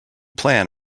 plan